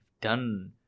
done